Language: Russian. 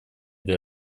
для